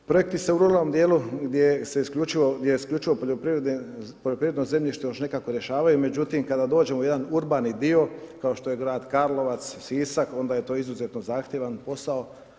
Projekti se u ruralnom dijelu gdje je isključivo poljoprivredno zemljište još nekako rješavaju, međutim kada dođemo u jedan urbani dio kao što je grad Karlovac, Sisak, onda je to izuzetno zahtjevan posao.